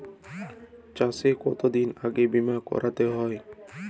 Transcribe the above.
চাষে কতদিন আগে বিমা করাতে হয়?